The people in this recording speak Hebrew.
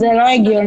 זה לא הגיוני.